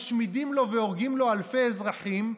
משמידים לו והורגים לו אלפי אזרחים,